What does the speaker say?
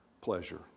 pleasure